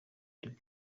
dube